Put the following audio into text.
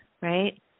right